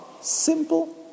Simple